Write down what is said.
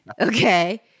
Okay